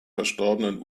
verstorbenen